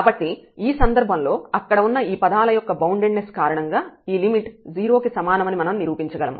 కాబట్టి ఈ సందర్భంలో అక్కడ ఉన్న ఈ పదాల యొక్క బౌండెడ్ నెస్ కారణంగా ఈ లిమిట్ 0 కి సమానమని మనం నిరూపించగలము